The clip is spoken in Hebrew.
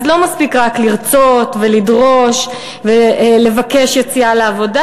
אז לא מספיק רק לרצות ולדרוש ולבקש יציאה לעבודה,